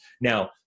Now